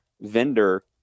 vendor